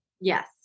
yes